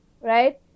right